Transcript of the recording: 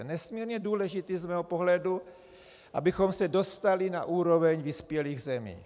Je nesmírně důležité z mého pohledu, abychom se dostali na úroveň vyspělých zemí.